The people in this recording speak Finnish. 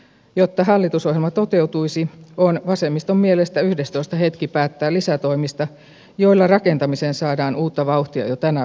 jotta hallitusohjelma toteutuisi on vasemmiston mielestä yhdestoista hetki päättää lisätoimista joilla rakentamiseen saadaan uutta vauhtia jo tänä vuonna